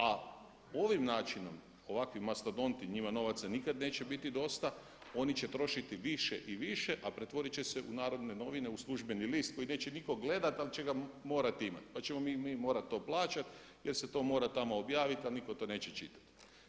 A ovim načinom, ovakvi mastodonti, njima novaca nikada neće biti dosta, oni će trošiti više i više a pretvoriti će se u narodne novine, u službeni list koji neće nitko gledati ali će ga morati imati pa ćemo mi morati to plaćati jer se to mora tamo objaviti a nitko to neće čitati.